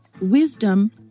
Wisdom